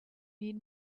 need